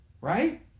right